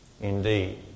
indeed